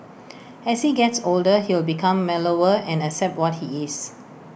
as he gets older he'll become mellower and accept what he is